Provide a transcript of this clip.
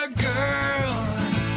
Girl